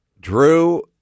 Drew